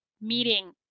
meeting